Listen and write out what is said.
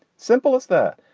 simple as that.